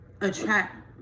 attract